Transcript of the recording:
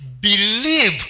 believe